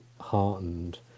heartened